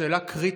זאת שאלה קריטית.